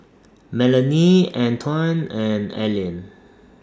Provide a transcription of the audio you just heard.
Melany Antwain and Allean